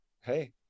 hey